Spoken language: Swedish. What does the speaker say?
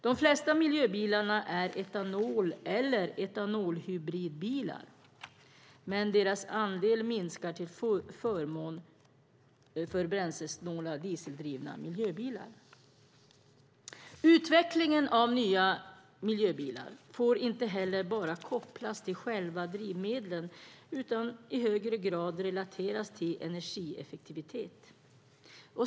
De flesta miljöbilarna är etanol eller etanolhybridbilar, men deras andel minskar till förmån för bränslesnåla dieseldrivna miljöbilar. Utvecklingen av nya miljöbilar får inte heller bara kopplas till själva drivmedlen utan bör i högre grad relateras till energieffektivitet.